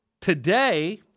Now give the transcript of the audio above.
Today